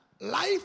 life